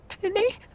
Penny